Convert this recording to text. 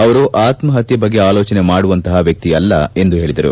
ಅವರು ಆತ್ಮಪತ್ತೆ ಬಗ್ಗೆ ಆಲೋಚನೆ ಮಾಡುವಂತಹ ವ್ಯಕ್ತಿಯಲ್ಲ ಎಂದು ಹೇಳದರು